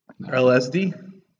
LSD